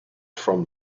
from